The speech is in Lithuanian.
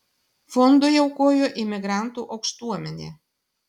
fondui aukojo imigrantų aukštuomenė